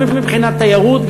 גם מבחינת תיירות,